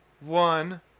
one